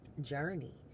journey